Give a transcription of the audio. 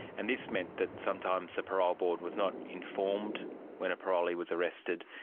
and this meant that sometimes the parole board was not informed when a parolee was arrested,